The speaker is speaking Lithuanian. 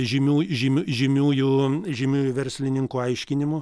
žymių žymių žymiųjų žymiųjų verslininkų aiškinimų